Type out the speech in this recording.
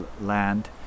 land